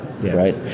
Right